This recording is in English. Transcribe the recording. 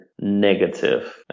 negative